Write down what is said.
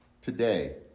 today